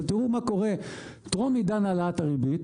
תיראו מה קורה טרום עידן העלאת הריבית.